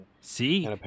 See